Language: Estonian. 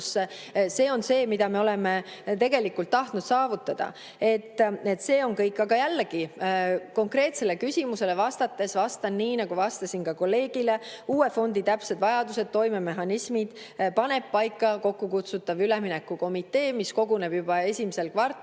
See on see, mida me oleme tahtnud saavutada. Aga jällegi, konkreetsele küsimusele vastates vastan nii, nagu vastasin ka kolleegile: uue fondi täpsed vajadused, toimemehhanismid paneb paika kokkukutsutav üleminekukomitee, mis koguneb juba esimeses kvartalis